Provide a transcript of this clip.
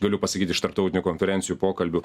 galiu pasakyt iš tarptautinių konferencijų pokalbių